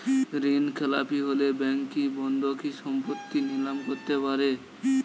ঋণখেলাপি হলে ব্যাঙ্ক কি বন্ধকি সম্পত্তি নিলাম করতে পারে?